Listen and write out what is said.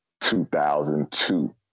2002